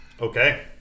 Okay